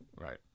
Right